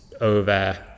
over